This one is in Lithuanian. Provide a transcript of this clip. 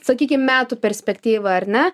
sakykim metų perspektyva ar ne